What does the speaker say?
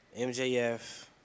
MJF